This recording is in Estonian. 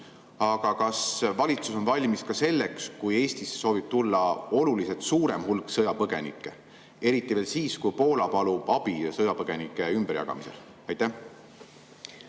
Aga kas valitsus on valmis ka selleks, kui Eestisse soovib tulla oluliselt suurem hulk sõjapõgenikke, eriti veel siis, kui Poola palub abi sõjapõgenike ümberjagamisel? Aitäh,